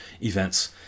events